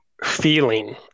Feeling